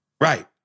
Right